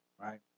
right